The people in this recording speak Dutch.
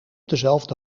dezelfde